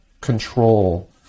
control